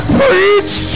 preach